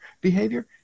behavior